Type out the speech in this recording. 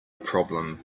problem